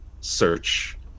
search